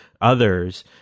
others